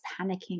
panicking